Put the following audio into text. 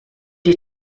die